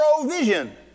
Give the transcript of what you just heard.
Provision